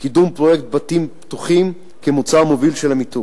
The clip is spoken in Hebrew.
קידום פרויקט "הבתים הפתוחים" כמוצר מוביל של המיתוג,